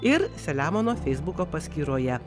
ir selemono feisbuko paskyroje